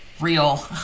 real